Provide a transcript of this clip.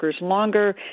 longer